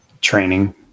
training